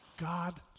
God